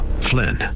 Flynn